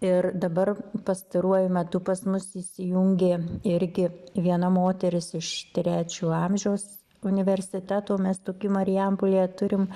ir dabar pastaruoju metu pas mus įsijungė irgi viena moteris iš trečio amžiaus universiteto mes tokį marijampolėje turim